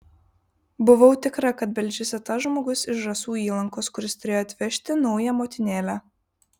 buvau tikra kad beldžiasi tas žmogus iš žąsų įlankos kuris turėjo atvežti naują motinėlę